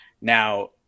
Now